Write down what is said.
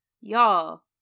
Y'all